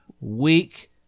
Week